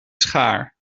schaar